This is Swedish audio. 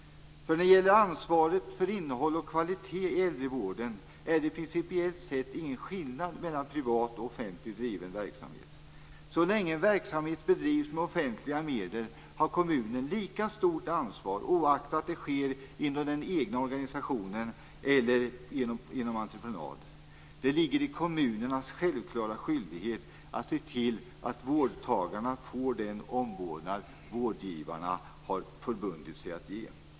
Vad gäller ansvaret för innehåll och kvalitet i äldrevården är det nämligen principiellt sett ingen skillnad mellan privat och offentligt driven verksamhet. Så länge verksamhet bedrivs med offentliga medel har kommunen lika stort ansvar oaktat det sker inom den egna organisationen eller genom entreprenad. Det är kommunernas självklara skyldighet att se till att vårdtagarna får den omvårdnad vårdgivarna har förbundit sig att ge.